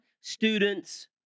students